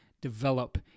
develop